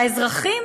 והאזרחים